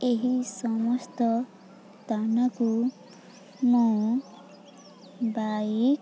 ଏହି ସମସ୍ତ ସ୍ଥାନକୁ ମୁଁ ବାଇକ୍